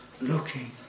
looking